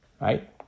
Right